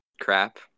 crap